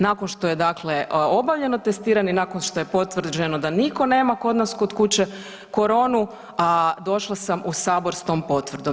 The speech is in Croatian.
Nakon što je dakle obavljeno testiranje, nakon što je potvrđeno da nitko nema kod nas kod kuće koronu, a došla sam u sabor s tom potvrdom.